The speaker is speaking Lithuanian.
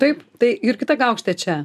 taip tai jurgita gaukštė čia